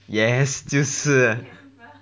yes 就是